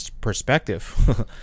perspective